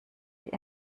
die